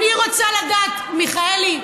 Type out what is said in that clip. אני רוצה לדעת, מיכאלי,